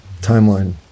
timeline